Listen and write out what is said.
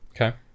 Okay